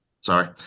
sorry